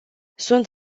sunt